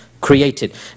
created